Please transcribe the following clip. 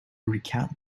recount